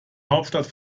hauptstadt